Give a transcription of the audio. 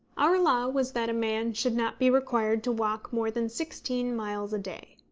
our law was that a man should not be required to walk more than sixteen miles a day.